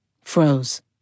froze